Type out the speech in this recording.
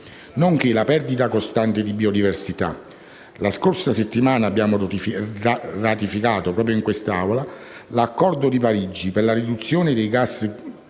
nonché la perdita costante di biodiversità; la scorsa settimana abbiamo ratificato proprio in quest'Aula l'Accordo di Parigi per la riduzione dei gas